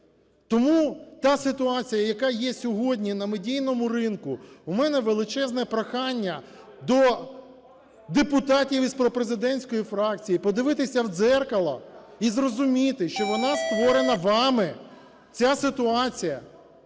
Тому та ситуація, яка є сьогодні на медійному ринку, у мене величезне прохання до депутатів із пропрезидентської фракції подивитися в дзеркало і зрозуміти, що вона створена вами. Ця ситуація